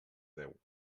deu